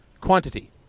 quantity